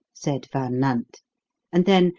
said van nant and then,